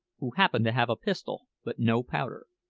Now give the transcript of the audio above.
who happen to have a pistol but no powder.